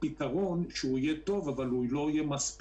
פתרון שהוא לא מספיק,